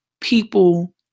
people